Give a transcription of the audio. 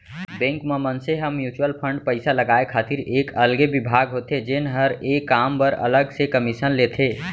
bank म मनसे ह म्युचुअल फंड पइसा लगाय खातिर एक अलगे बिभाग होथे जेन हर ए काम बर अलग से कमीसन लेथे